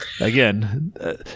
again